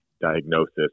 diagnosis